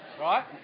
Right